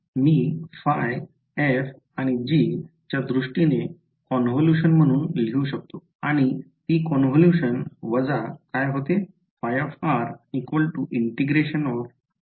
मी ϕ f आणि g च्या दृष्टीने कॉनव्होल्यूशन म्हणून लिहू शकतो आणि ती कॉनव्होल्यूशन वजा काय होते